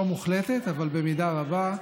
לא מוחלטת אבל במידה רבה,